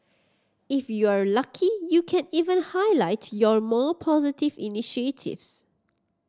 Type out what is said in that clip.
if you are lucky you can even highlight your more positive initiatives